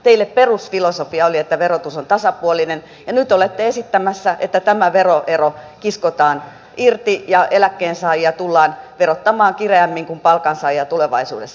teidän perusfilosofianne oli että verotus on tasapuolinen ja nyt te olette esittämässä että tämä veroero kiskotaan irti ja eläkkeensaajia tullaan verottamaan kireämmin kuin palkansaajia tulevaisuudessa